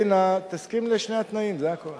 תסכים לשני התנאים, זה הכול.